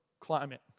climate